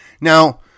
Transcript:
Now